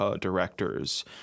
directors